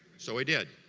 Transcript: so i did